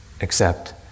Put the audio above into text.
accept